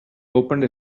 opened